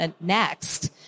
next